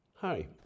Hi